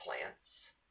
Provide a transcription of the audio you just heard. plants